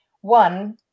one